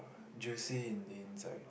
juicy in the inside